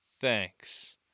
thanks